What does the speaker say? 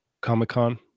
Comic-Con